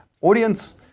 audience